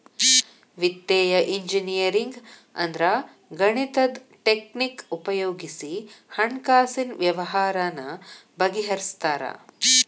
ವಿತ್ತೇಯ ಇಂಜಿನಿಯರಿಂಗ್ ಅಂದ್ರ ಗಣಿತದ್ ಟಕ್ನಿಕ್ ಉಪಯೊಗಿಸಿ ಹಣ್ಕಾಸಿನ್ ವ್ಯವ್ಹಾರಾನ ಬಗಿಹರ್ಸ್ತಾರ